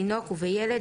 בתינוק ובילד;